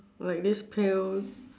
like this pale